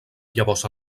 llavors